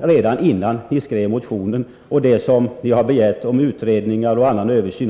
redan innan motionen skrevs. Utredningar och översyn som ni har begärt var redan på gång. Herr talman!